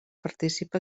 participa